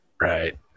Right